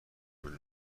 پیام